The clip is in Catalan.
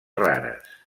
rares